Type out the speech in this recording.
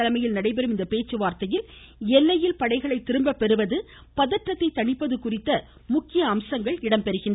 தலைமையில் நடைபெறும் இப்பேச்சுவார்த்தையில் எல்லையில் மேனன் படைகளை திரும்ப பெறுவது பதற்றத்தை தணிப்பது குறித்த முக்கிய அம்சங்கள் இடம்பெற உள்ளன